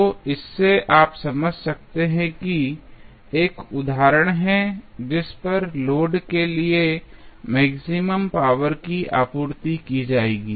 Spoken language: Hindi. तो इससे आप समझ सकते हैं कि एक उदाहरण है जिस पर लोड करने के लिए मैक्सिमम पावर की आपूर्ति की जाएगी